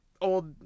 old